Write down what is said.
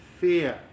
fear